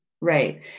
right